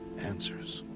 answers.